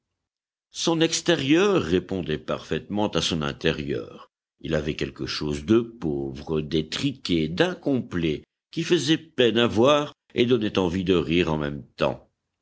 son extérieur répondait parfaitement à son intérieur il avait quelque chose de pauvre d'étriqué d'incomplet qui faisait peine à voir et donnait envie de rire en même temps